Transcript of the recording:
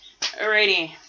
Alrighty